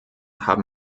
haben